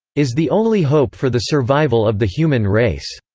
is the only hope for the survival of the human race.